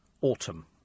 autumn